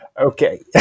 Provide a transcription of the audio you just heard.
Okay